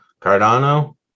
Cardano